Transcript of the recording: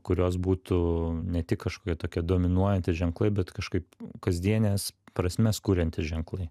kurios būtų ne tik kažkokie tokie dominuojantys ženklai bet kažkaip kasdienes prasmes kuriantys ženklai